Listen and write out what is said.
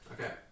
Okay